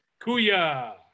Kuya